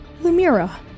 Lumira